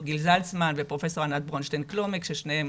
גיל זלצמן ופרופסור ענת ברונשטיין קלומק ששניהם